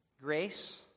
grace